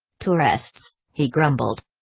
tourists, he grumbled.